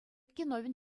киновӗн